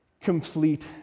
Complete